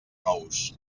nous